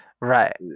Right